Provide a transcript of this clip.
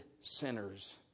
sinners